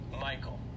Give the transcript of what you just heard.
Michael